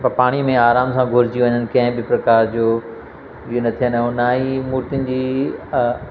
ब पाणी में अराम सां घुलिजी वञनि कंहिं बि प्रकार जो इअं न थियनि ऐं न ई मूर्तियुनि जी अ